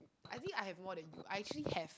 I think I have more than you I actually have